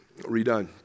redone